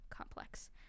complex